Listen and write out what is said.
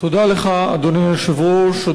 תודה לך, אדוני היושב-ראש.